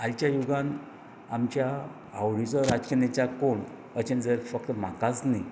आयच्या युगांत आमच्या आवडीचो राजकीय नेचा कोण अशें जर फक्त म्हाकाच न्ही